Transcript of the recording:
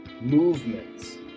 movements